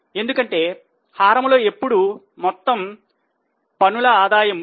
ఎందుకంటే హారములో ఎల్లప్పుడూ మొత్తము పనుల ఆదాయం